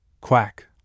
Quack